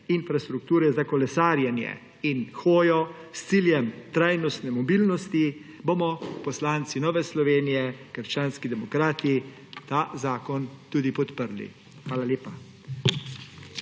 infrastrukture za kolesarjenje in hojo s ciljem trajnostne mobilnosti, bomo poslanci Nove Slovenije – krščanskih demokratov ta zakon podprli. Hvala lepa.